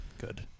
Good